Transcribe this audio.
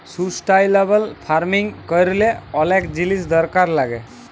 sustainable farming ক্যরলে অলেক জিলিস দরকার লাগ্যে